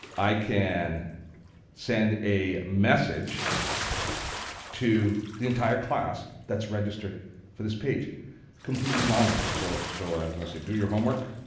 i can send a message to the entire class that's registered for this page completely anonymously. so so ah i'm going to say, do your homework,